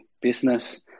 business